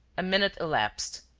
a minute elapsed.